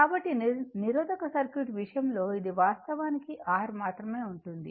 కాబట్టి నిరోధక సర్క్యూట్ విషయంలో ఇది వాస్తవానికి R మాత్రమే ఉంటుంది